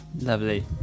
Lovely